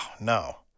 no